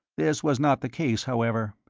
this was not the case, however.